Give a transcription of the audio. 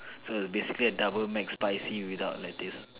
so basically a double Mac spicy without lettuce